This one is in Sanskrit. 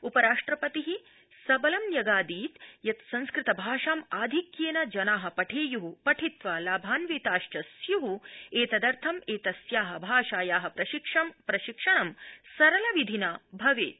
उपराष्ट्रपति सबलं न्यगादीद् यत् संस्कृतभाषाम् आधिक्येन जना पठेयु पठित्वा लाभान्विताश्च स्यु एतदर्थं एतस्या भाषाया प्रशिक्षणं सरलविधिना भवेत्